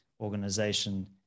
organization